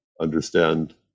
understand